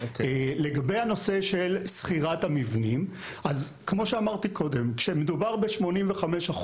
לגבי הנושא של שכירת המבנים, כשמדובר ב-85%,